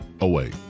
away